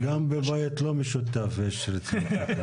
גם בבית לא משותף יש רצונות סותרים.